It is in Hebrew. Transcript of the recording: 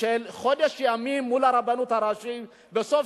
של חודש ימים מול הרבנות הראשית בסוף